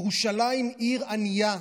ירושלים עיר ענייה.